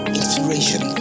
inspiration